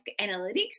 analytics